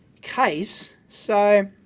case. so,